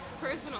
personal